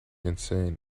insane